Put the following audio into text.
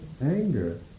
anger